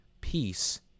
peace